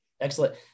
Excellent